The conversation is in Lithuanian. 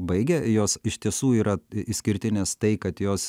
baigė jos iš tiesų yra išskirtinės tai kad jos